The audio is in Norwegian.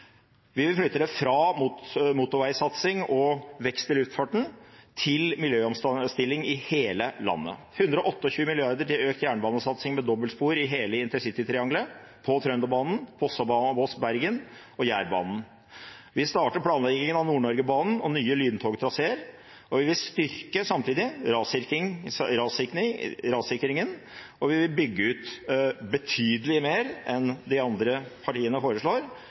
Vi vil flytte det fra motorveisatsing og vekst i luftfarten til miljøomstilling i hele landet. 128 mrd. kr til økt jernbanesatsing med dobbeltspor i hele intercity-triangelet, på Trønderbanen, Vossebanen, Voss–Bergen, og Jærbanen. Vi starter planleggingen av Nord-Norge-banen og nye lyntogtraseer. Vi vil samtidig styrke rassikringen, og vi vil bygge ut betydelig mer enn de andre partiene foreslår,